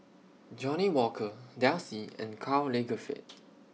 Johnnie Walker Delsey and Karl Lagerfeld